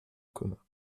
coma